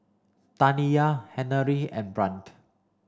Taniyah Henery and Brant